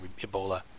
Ebola